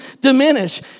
diminish